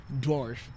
dwarf